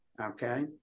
Okay